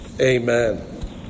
Amen